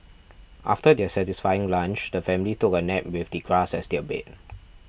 after their satisfying lunch the family took a nap with the grass as their bed